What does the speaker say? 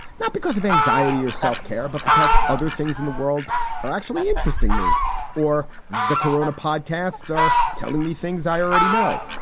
not because of anxiety or self-care, but because other things in the world are actually interesting. me or the corona podcasts are telling me things i already know.